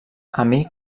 amic